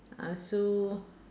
uh so